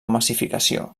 massificació